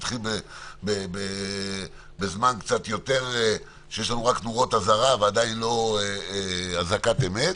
שמתחיל בזמן שיש לנו רק נורות אזהרה ועדיין לא אזעקת אמת,